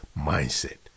mindset